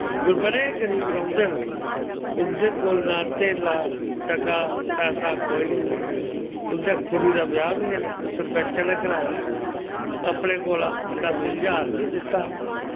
बड़े गरीब रौंह्दे न उंदे कोल ना कोई धेल्ला टका पैसा कोई नी उंदै कुड़ी दा ब्याह् बी इन्न सरपैंचै नै कराया अपने कोला दस्स हजार बी दित्ता